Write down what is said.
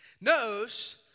knows